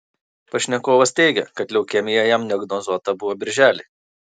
pašnekovas teigia kad leukemija jam diagnozuota buvo birželį